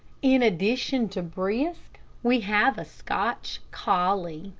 in addition to brisk we have a scotch collie.